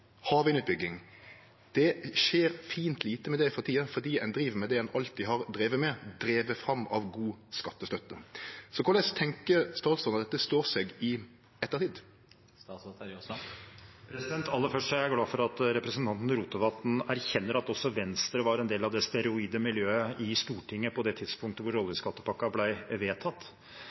skjer det fint lite med for tida, fordi ein driv med det ein alltid har drive med – drive fram av god skattestøtte. Korleis tenkjer statsråden at dette står seg i ettertid? Jeg er glad for at representanten Rotevatn erkjenner at også Venstre var en del av det «steroide» miljøet i Stortinget på det tidspunktet da oljeskattepakken ble vedtatt.